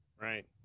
Right